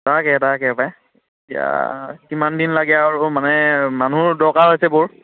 তাকে তাকে পাই এতিয়া কিমান দিন লাগে আৰু মানে মানুহৰ দৰকাৰ হৈছে বহুত